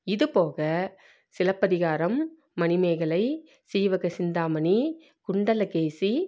இதுபோக சிலப்பதிகாரம் மணிமேகலை சீவக சிந்தாமணி குண்டலகேசி